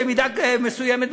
במידה מסוימת,